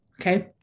Okay